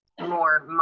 more